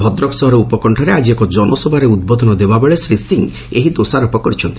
ଭଦ୍ରକ ସହର ଉପକଣ୍ଠରେ ଆଜି ଏକ ଜନସଭାରେ ଉଦ୍ବୋଧନ ଦେଲାବେଳେ ଶ୍ରୀ ସିଂ ଏହି ଦୋଷାରୋପ କରିଛନ୍ତି